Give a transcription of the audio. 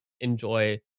enjoy